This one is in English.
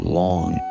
long